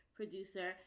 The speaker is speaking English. producer